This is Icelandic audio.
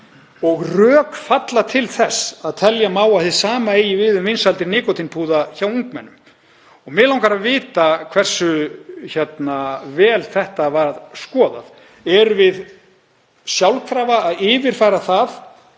„og rök falla til þess að telja að hið sama eigi við um vinsældir nikótínpúða hjá ungmennum.“ Mig langar að vita hversu vel þetta var skoðað. Erum við sjálfkrafa að yfirfæra það